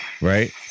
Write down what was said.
Right